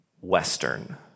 Western